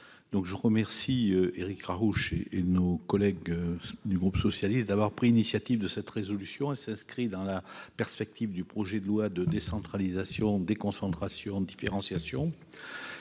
je remercie Éric Kerrouche et nos collègues du groupe socialiste d'avoir déposé cette proposition de résolution, qui s'inscrit dans la perspective du projet de loi de décentralisation, déconcentration et différenciation.